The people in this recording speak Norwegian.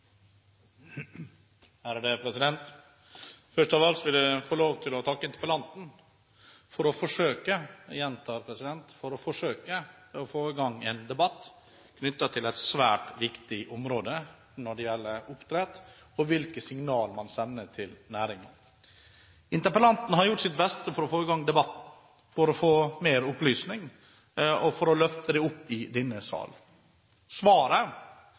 politiske avgjerder. Først av alt vil jeg få lov til å takke interpellanten for å forsøke – jeg gjentar å forsøke – å få i gang en debatt om et svært viktig område når det gjelder oppdrett, og hvilke signaler man sender til næringen. Interpellanten har gjort sitt beste for å få i gang en debatt, for å få mer opplysning og for å løfte den inn i denne salen. Svaret